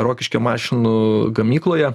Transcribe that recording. rokiškio mašinų gamykloje